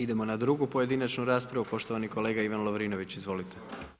Idemo na drugu pojedinačnu raspravu, poštovani kolega Ivan Lovrinović, izvolite.